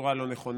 בצורה לא נכונה.